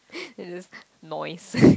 then it's just noise